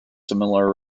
similar